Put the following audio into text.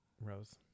Rose